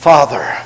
Father